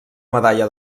medalla